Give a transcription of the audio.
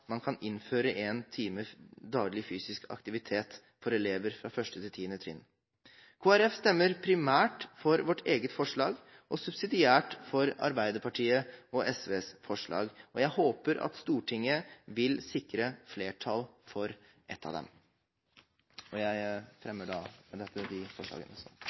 man kan innføre én time daglig fysisk aktivitet for elever fra 1.–10. trinn.» Vi i Kristelig Folkeparti stemmer primært for vårt eget forslag, og subsidiært for Arbeiderpartiet og SVs forslag. Jeg håper at Stortinget vil sikre flertall for et av dem. Jeg fremmer med dette